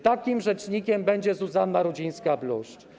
Takim rzecznikiem będzie Zuzanna Rudzińska-Bluszcz.